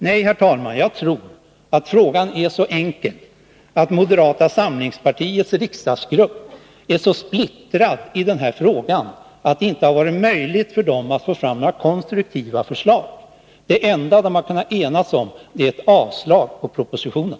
Nej, herr talman, jag tror att frågan är så enkel som att moderata samlingspartiets riksdagsgrupp är så splittrad i den här frågan att det inte har varit möjligt för dem att få fram några konstruktiva förslag. Det enda de har kunnat enas om är ett avslag på propositionen.